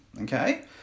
Okay